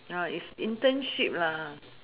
ya it's internship lah